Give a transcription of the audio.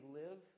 live